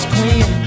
Queen